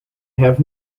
have